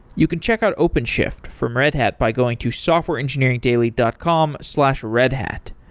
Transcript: you can check out openshift from red hat by going to softwareengineeringdaily dot com slash redhat.